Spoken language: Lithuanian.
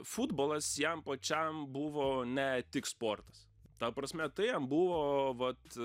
futbolas jam pačiam buvo ne tik sportas ta prasme tai jam buvo vat